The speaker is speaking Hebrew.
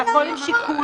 --- הכול עם שיקול דעת.